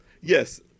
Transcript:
Yes